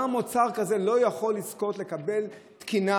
למה מוצר כזה לא יכול לזכות לקבל תקינה?